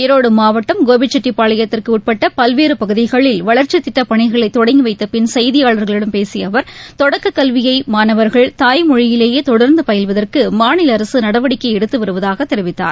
ஈரோடு மாவட்டம் கோபிச்செட்டிபாளையத்திற்கு உட்பட்ட பல்வேறு பகுதிகளில் வளர்ச்சி திட்டப்பணிகளை தொடங்கிவைத்த பின் செய்தியாளர்களிடம் பேசிய அவர் தொடக்க கல்வியை மானவர்கள் தாய்மொழியிலேயே தொடர்ந்து பயில்வதற்கு மாநில அரசு நடவடிக்கை எடுத்துவருவதாக தெரிவித்தார்